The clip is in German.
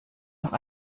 noch